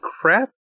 crap